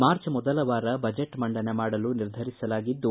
ಮಾರ್ಚೆ ಮೊದಲ ವಾರ ಬಜೆಟ್ ಮಂಡನೆ ಮಾಡಲು ನಿರ್ಧರಿಸಲಾಗಿದ್ದು